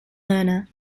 learner